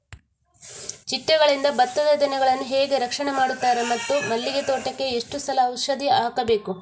ಚಿಟ್ಟೆಗಳಿಂದ ಭತ್ತದ ತೆನೆಗಳನ್ನು ಹೇಗೆ ರಕ್ಷಣೆ ಮಾಡುತ್ತಾರೆ ಮತ್ತು ಮಲ್ಲಿಗೆ ತೋಟಕ್ಕೆ ಎಷ್ಟು ಸಲ ಔಷಧಿ ಹಾಕಬೇಕು?